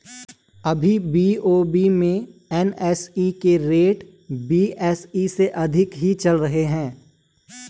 अभी बी.ओ.बी में एन.एस.ई के रेट बी.एस.ई से अधिक ही चल रहे हैं